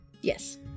Yes